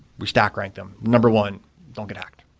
we stack right them. number one don't get hacked.